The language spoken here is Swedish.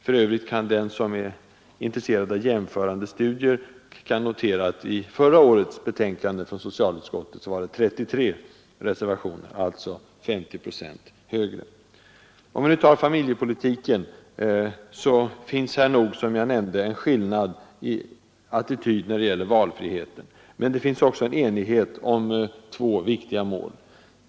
För övrigt kan den som är intresserad av jämförande studier notera att det i förra årets betänkande från socialutskottet fanns 33 reservationer, alltså 50 procent fler. Inom familjepolitiken finns alltså en skillnad i attityd till valfriheten, men vi är ense om två viktiga mål.